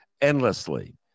endlessly